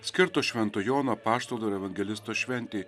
skirto švento jono apaštalo ir evangelisto šventėje